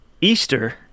easter